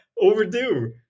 overdue